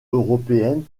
européenne